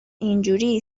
اینجوری